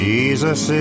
Jesus